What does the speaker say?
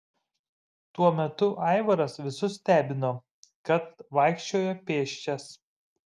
tuo metu aivaras visus stebino kad vaikščiojo pėsčias